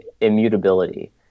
immutability